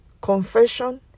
confession